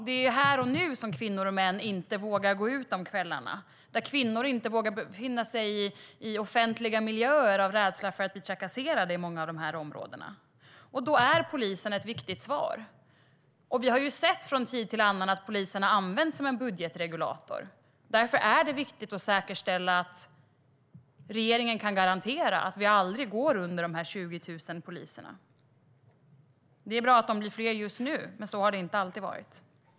Det är här och nu som kvinnor och män inte vågar gå ut om kvällarna och kvinnor i många av de här områdena inte vågar befinna sig i offentliga miljöer av rädsla för att bli trakasserade. Då är polisen ett viktigt svar. Vi har sett från tid till annan att polisen har använts som en budgetregulator. Därför är det viktigt att säkerställa att regeringen kan garantera att vi aldrig går under de här 20 000 poliserna. Det är bra att de blir fler just nu, men så har det inte alltid varit.